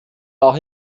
auch